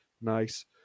nice